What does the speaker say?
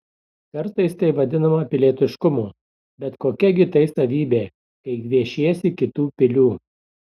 kartais tai vadinama pilietiškumu bet kokia gi tai savybė kai gviešiesi kitų pilių